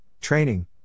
training